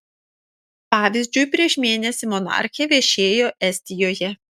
pavyzdžiui prieš mėnesį monarchė viešėjo estijoje